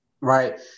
Right